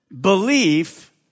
Belief